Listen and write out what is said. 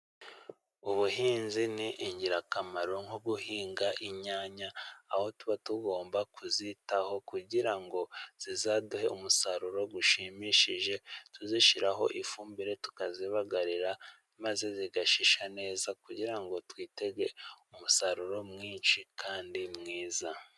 Ubuhinzi ni ingirakamaro nko guhinga inyanya, aho tuba tugomba kuzitaho kugira ngo zizaduhe umusaruro ushimishije, tuzishyiraho ifumbire tukazibagarira maze zigashisha neza, kugira ngo twitege umusaruro mwinshi kandi mwiza.